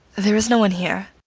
there is no one here.